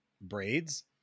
braids